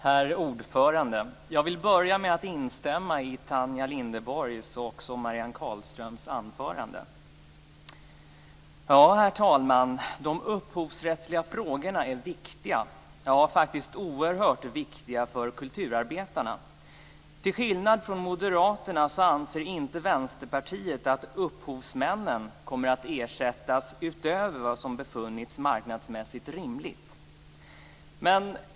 Herr talman! Jag vill börja med att instämma i De upphovsrättsliga frågorna är viktiga, ja oerhört viktiga för kulturarbetarna. Till skillnad från Moderaterna anser inte Vänsterpartiet att upphovsmännen kommer att ersättas utöver vad som befunnits marknadsmässigt rimligt.